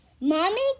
Mommy